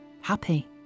happy